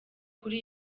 kuri